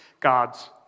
God's